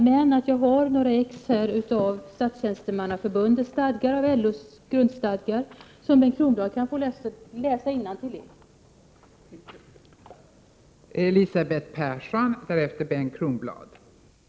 Jag har här några exemplar av Statstjänstemannaförbundets stadgar och LO:s grundstadgar, som Bengt Kronblad kan få läsa innantill i.